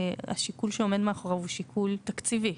השיקול שעומד מאחוריו הוא שיקול תקציבי.